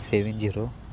seven zero